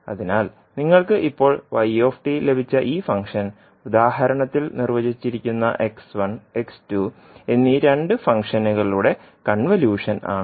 അതിനാൽ നിങ്ങൾക്ക് ഇപ്പോൾ ലഭിച്ച ഈ ഫംഗ്ഷൻ ഉദാഹരണത്തിൽ നിർവചിച്ചിരിക്കുന്ന എന്നീ രണ്ട് ഫംഗ്ഷനുകളുടെ കൺവല്യൂഷൻ ആണ്